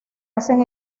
hacen